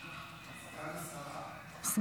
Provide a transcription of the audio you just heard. סגן השרה.